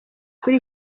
kuri